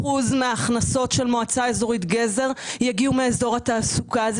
אחוזים מההכנסות של מועצה אזורית גזר שיגיעו מאזור התעסוקה הזה.